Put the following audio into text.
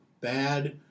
Bad